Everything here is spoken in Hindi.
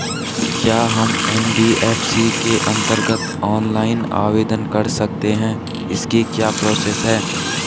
क्या हम एन.बी.एफ.सी के अन्तर्गत ऑनलाइन आवेदन कर सकते हैं इसकी क्या प्रोसेस है?